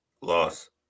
loss